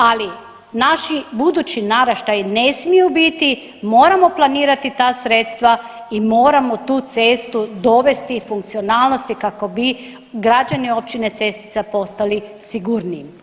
Ali naši budući naraštaji ne smiju biti, moramo planirati ta sredstva i moramo tu cestu dovesti funkcionalnosti kao bi građani općine Cestica postali sigurniji.